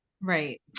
right